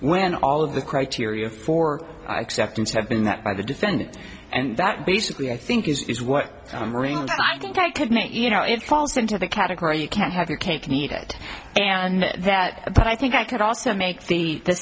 when all of the criteria for upton's have been that by the defendant and that basically i think is what i'm hearing five think i could make you know it falls into the category you can't have your cake and eat it and that but i think i could also make the